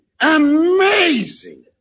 Amazing